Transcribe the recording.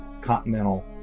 continental